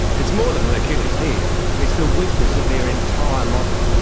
it's more than an achilles heel, it's the weakness of their entire model.